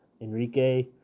Enrique